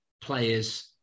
players